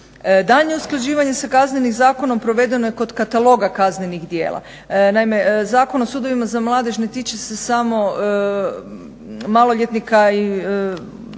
Daljnje usklađivanjem sa Kaznenim zakonom provedeno je kod kataloga kaznenih djela. Naime Zakon o sudovima za mladež ne tiče se samo maloljetnika i